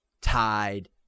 Tide